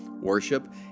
worship